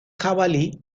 jabalí